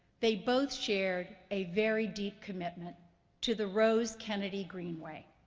they both shared a very deep commitment to the rose kennedy greenway.